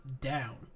down